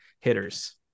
hitters